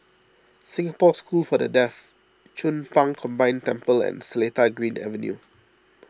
Singapore School for the Deaf Chong Pang Combined Temple and Seletar Green Avenue